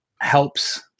helps